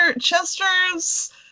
Chester's